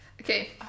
Okay